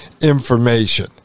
information